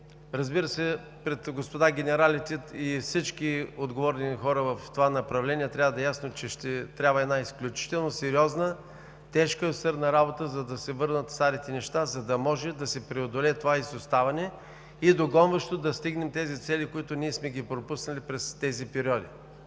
разбира се, пред господа генералите и всички отговорни хора в това направление трябва да е ясно, че ще трябва една изключително сериозна тежка и усърдна работа, за да се върнат старите неща, за да може да се преодолее изоставането и догонващо да стигнем целите, които сме пропуснали през тези периоди.